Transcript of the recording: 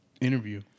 Interview